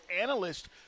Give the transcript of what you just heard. analyst